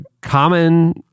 common